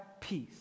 peace